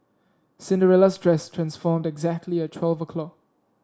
Cinderella's dress transformed exactly at twelve o'clock